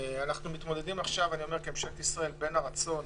אנחנו מתמודדים עכשיו, כממשלת ישראל, בין הרצון